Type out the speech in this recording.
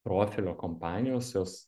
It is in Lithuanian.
profilio kompanijos jos